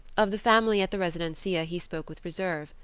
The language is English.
of the family at the residencia he spoke with reserve,